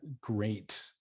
great